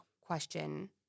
question